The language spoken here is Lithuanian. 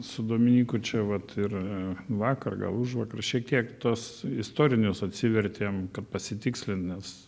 su dominyku čia vat ir vakar užvakar šiek tiek tos istorinius atsivertėm kad pasitikslint nes